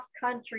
country